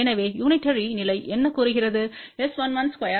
எனவே யூனிடேரி நிலை என்ன கூறுகிறது S112S122S132 1